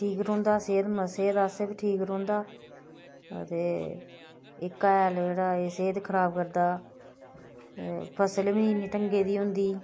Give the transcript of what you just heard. ठीक रौंह्दा सेह्त आस्तै बी ठीक रौंह्दा ते इक हैल एह् जेह्ड़ा सेह्त खराब करदा ते फसल बी नेईं इन्नी ढंगै दी होंदी